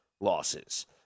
losses